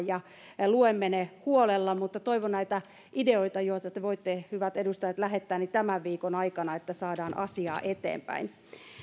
ja ja luemme ne huolella mutta toivon näitä ideoita joita te voitte hyvät edustajat lähettää tämän viikon aikana että saadaan asiaa eteenpäin